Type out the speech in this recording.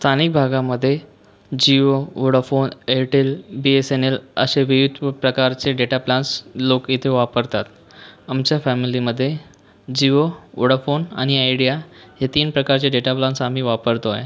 स्थानिक भागामधे Jio Vodafone Airtel B S N L असे विविध प्रकारचे डेटा प्लान्स लोक इथे वापरतात आमच्या फॅमिलीमधे जिओ व्होडाफोन आणि आयडिया हे तीन प्रकारचे डेटा प्लान्स आम्ही वापरतो आहे